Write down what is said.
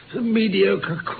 mediocre